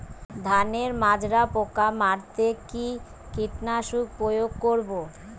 ধানের মাজরা পোকা মারতে কি কীটনাশক প্রয়োগ করব?